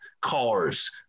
cars